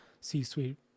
C-suite